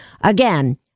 Again